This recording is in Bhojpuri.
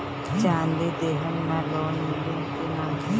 चाँदी देहम त लोन मिली की ना?